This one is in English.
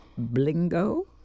blingo